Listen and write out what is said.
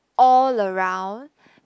all around